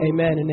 Amen